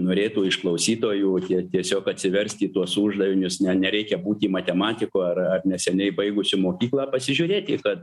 norėtų iš klausytojų tie tiesiog atsiversti tuos uždavinius ne nereikia būti matematiku ar ar neseniai baigusi mokyklą pasižiūrėti kad